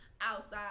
outside